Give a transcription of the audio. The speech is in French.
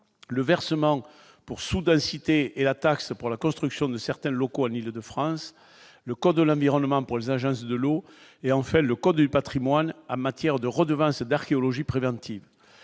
le versement pour soudain cité et la taxe pour la construction de certains locaux en Île de France, le corps de l'environnement pour les agences de l'eau et en fait, le code du Patrimoine a matière de redevances d'archéologie préventive